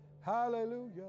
hallelujah